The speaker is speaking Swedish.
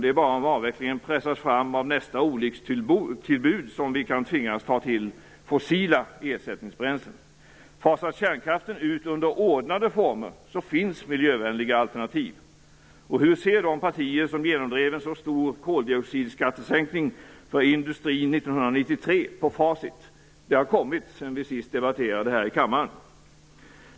Det är bara om avvecklingen pressas fram av nästa olyckstillbud som vi kan tvingas ta till fossila ersättningsbränslen. Fasas kärnkraften ut under ordnade former finns miljövänliga alternativ. Och hur ser de partier som genomdrev en så stor koldioxidskattesänkning för industrin 1993 på facit? Det har kommit sedan vi senast debatterade här i kammaren.